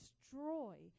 destroy